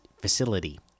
facility